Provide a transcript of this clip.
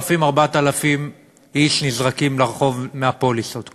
3,000 4,000 איש נזרקים לרחוב מהפוליסות.